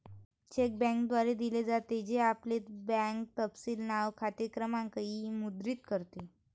check बँकेद्वारे दिले जाते, जे आपले बँक तपशील नाव, खाते क्रमांक इ मुद्रित करते